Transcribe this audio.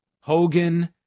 Hogan